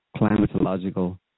climatological